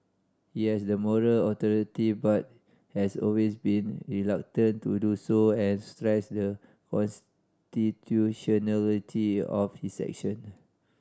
he has the moral authority but has always been reluctant to do so and stressed the constitutionality of his action